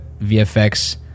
vfx